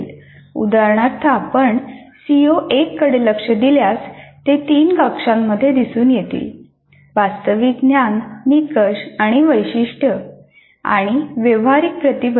उदाहरणार्थ आपण CO1 कडे लक्ष दिल्यास ते तीन कक्षांमध्ये दिसून येतील वास्तविक ज्ञान निकष आणि वैशिष्ट्य आणि व्यावहारिक प्रतिबंध